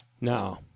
No